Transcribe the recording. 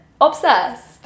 obsessed